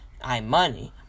iMoney